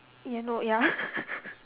ya no ya